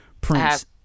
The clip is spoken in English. Prince